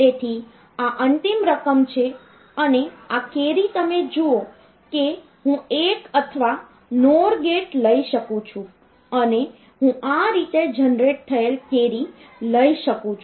તેથી આ અંતિમ રકમ છે અને આ કેરી તમે જુઓ કે હું એક અથવા નોર ગેટ લઈ શકું છું અને હું આ રીતે જનરેટ થયેલ કેરી લઈ શકું છું